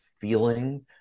feeling